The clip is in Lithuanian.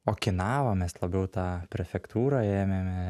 okinavą mes labiau tą prefektūrą ėmėme